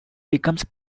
becomes